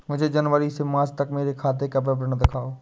मुझे जनवरी से मार्च तक मेरे खाते का विवरण दिखाओ?